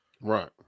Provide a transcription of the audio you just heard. Right